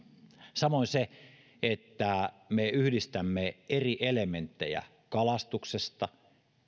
samoin on oleellisen tärkeä asia että me yhdistämme eri elementtejä kalastuksesta